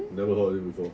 never heard of it before